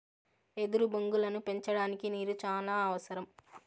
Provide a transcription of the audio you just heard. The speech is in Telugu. ఎదురు బొంగులను పెంచడానికి నీరు చానా అవసరం